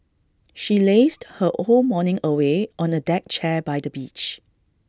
she lazed her whole morning away on A deck chair by the beach